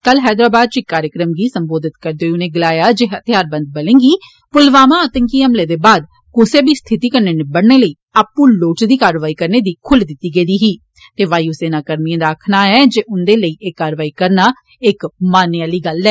कल हैदराबाद च इक कार्यक्रम गी सम्बोधित करदे होई उनें गलाया जे हथियारबंद बलें गी प्लवामा आतंकी हमले दे बाद क्सै बी स्थिति कन्नै निबड़ने लेई आंपू लोड़चदी कारवाई करने दी खुल्ल देई दिती गेई ही ते वाय् सेना कर्मियें दा आक्खना ऐ जे उन्दे लेई एह कारवाई करना इक मान्नै आल गल्ल ऐ